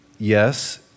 Yes